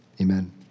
Amen